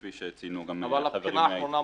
כפי שציינו גם חבריי מההתאחדות.